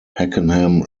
pakenham